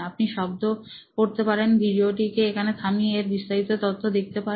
আপনি শব্দ পড়তে পারেন ভিডিওটিকে এখানে থামিয়ে এর বিস্তারিত তথ্য কে দেখতে পারেন